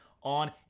On